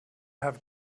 have